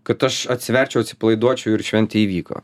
kad aš atsiverčiau atsipalaiduočiau ir šventė įvyko